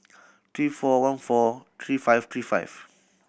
three four one four three five three five